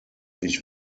ich